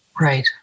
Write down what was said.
right